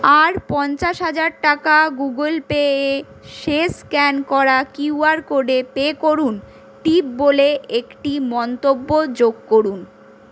আর পঞ্চাশ হাজার টাকা গুগল পেয়ে শেষ স্ক্যান করা কিউআর কোডে পে করুন টিপ বলে একটি মন্তব্য যোগ করুন